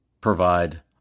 provide